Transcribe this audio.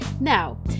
Now